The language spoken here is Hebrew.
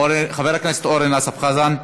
חבר הכנסת אורן אסף חזן.